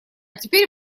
теперь